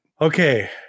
Okay